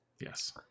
Yes